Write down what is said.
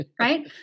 right